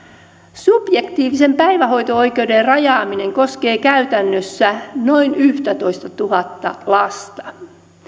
subjektiivisen päivähoito oikeuden rajaaminen koskee käytännössä noin yhtätoistatuhatta lasta